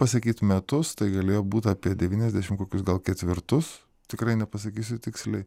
pasakyt metus tai galėjo būt apie devyniasdešim kokius gal ketvirtus tikrai nepasakysiu tiksliai